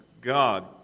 God